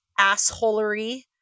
assholery